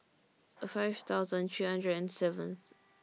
five thousand three hundred and seventh